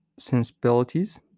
sensibilities